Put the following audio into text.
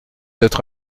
être